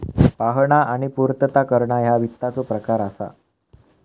पाहणा आणि पूर्तता करणा ह्या वित्ताचो प्रकार असा